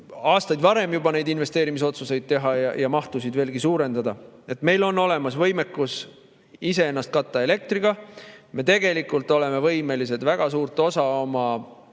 aastaid varem juba neid investeerimisotsuseid teha ja mahtusid veelgi suurendada. Meil on olemas võimekus ise oma elektrivajadust katta. Me tegelikult oleme võimelised väga suurt osa oma